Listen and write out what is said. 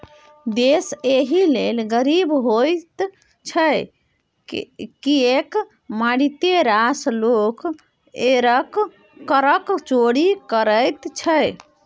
देश एहि लेल गरीब होइत छै किएक मारिते रास लोग करक चोरि करैत छै